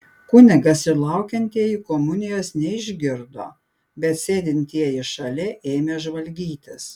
kunigas ir laukiantieji komunijos neišgirdo bet sėdintieji šalia ėmė žvalgytis